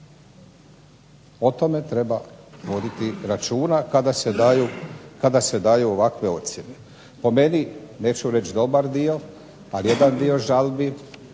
O tome treba voditi računa kada se daju ovakve ocjene. Po meni, neću reći dobar dio, ali jedan dio žalbi